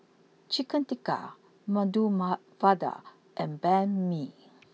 Chicken Tikka Medu Ma Vada and Banh Mi